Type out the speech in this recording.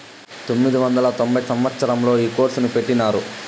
పంతొమ్మిది వందల తొంభై సంవచ్చరంలో ఈ కోర్సును పెట్టినారు